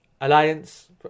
alliance